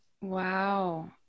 Wow